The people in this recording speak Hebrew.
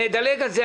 נדלג על זה.